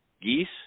geese